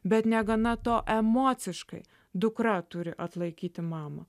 bet negana to emociškai dukra turi atlaikyti mamą